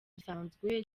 gisanzwe